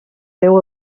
teu